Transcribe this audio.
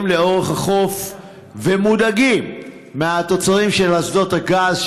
לאורך החוף ומודאגים מהתוצרים של אסדות הגז,